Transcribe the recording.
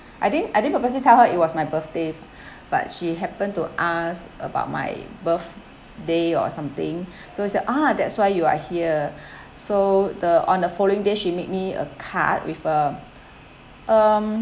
I didn't I didn't purposely tell her it was my birthday but she happened to ask about my birthday or something so it's like ah that's why you are here so the on the following day she made me a card with a um